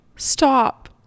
stop